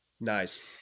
Nice